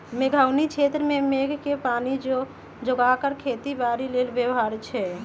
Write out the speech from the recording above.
मेघोउनी क्षेत्र में मेघके पानी जोगा कऽ खेती बाड़ी लेल व्यव्हार छै